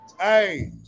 Hey